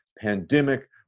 pandemic